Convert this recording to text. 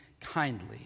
kindly